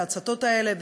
וההצתות האלה,